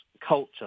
culture